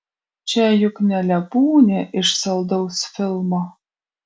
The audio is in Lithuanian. čia juk ne lepūnė iš saldaus filmo